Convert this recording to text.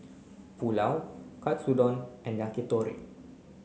Pulao Katsudon and Yakitori